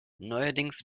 neuerdings